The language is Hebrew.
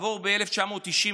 ב-1990,